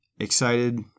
excited